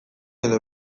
edo